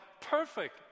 perfect